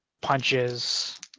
punches